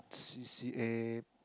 C_C_A